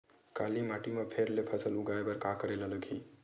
काली माटी म फेर ले फसल उगाए बर का करेला लगही?